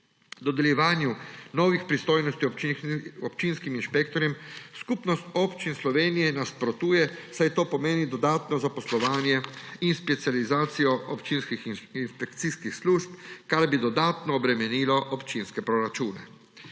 Dodeljevanju novih pristojnosti občinskim inšpektorjem Skupnost občin Slovenije nasprotuje, saj to pomeni dodatno zaposlovanje in specializacijo občinskih inšpekcijskih služb, kar bi dodatno obremenilo občinske proračune.